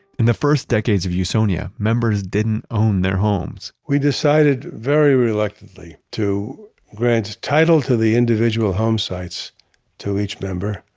in the first decades of usonia, members didn't own their homes we decided, very reluctantly, to grant title to the individual home sites to each member,